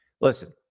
Listen